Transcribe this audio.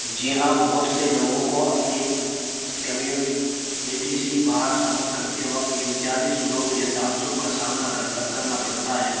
جی ہاں بہت سے لوگوں کو اپنی کمیونٹسی سے باہر سفر کرتے وقت امتیازی سلوک یا تعصب کا سامنا کرنا پڑتا ہے